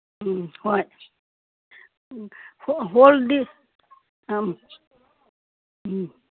ꯎꯝ ꯍꯣꯏ ꯍꯣꯜꯗꯤ ꯎꯝ ꯎꯝ